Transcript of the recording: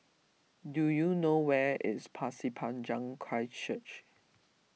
do you know where is Pasir Panjang Christ Church